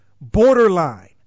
Borderline